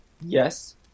yes